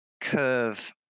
curve